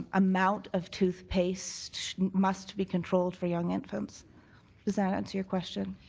um amount of toothpaste must be controlled for young infants. does that answer your question?